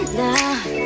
now